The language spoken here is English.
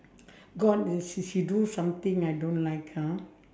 got uh she she do something I don't like ha